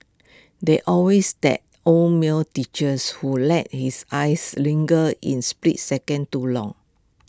there's always that old male teachers who lets his eyes linger in split second too long